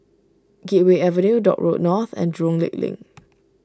Gateway Avenue Dock Road North and Jurong Lake Link